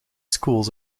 schools